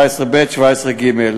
17ב ו-17ג.